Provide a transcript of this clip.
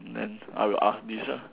then I will ask this ah